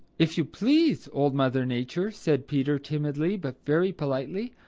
if you please, old mother nature, said peter timidly but very politely,